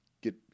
get